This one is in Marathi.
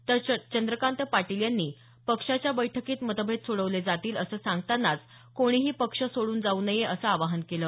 तर चंद्रकांत पाटील यांनी पक्षाच्या बैठकीत मतभेद सोडवले जातील असं सांगतानाच कोणीही पक्ष सोडू नये असं आवाहन केलं